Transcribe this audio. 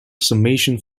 summation